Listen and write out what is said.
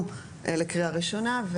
לקריאה ראשונה.